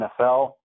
NFL